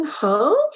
half